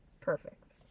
perfect